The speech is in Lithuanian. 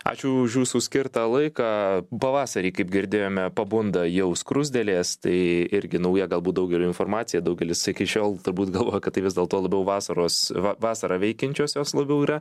ačiū už jūsų skirtą laiką pavasarį kaip girdėjome pabunda jau skruzdėlės tai irgi nauja galbūt daugeliui informacija daugelis iki šiol turbūt galvoja kad tai vis dėlto labiau vasaros va vasarą veikiančios jos labiau yra